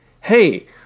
hey